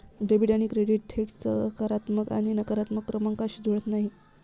debit आणि credit थेट सकारात्मक आणि नकारात्मक क्रमांकांशी जुळत नाहीत